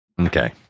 Okay